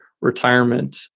retirement